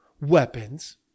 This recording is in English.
weapons